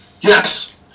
Yes